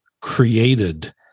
created